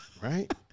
Right